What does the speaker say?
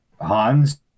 Hans